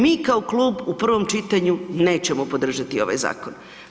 Mi kao klub u prvom čitanju nećemo podržati ovaj zakon.